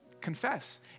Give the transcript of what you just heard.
Confess